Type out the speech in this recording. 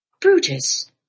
Brutus